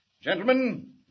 Gentlemen